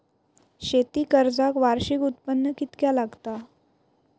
शेती कर्जाक वार्षिक उत्पन्न कितक्या लागता?